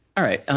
alright,